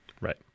Right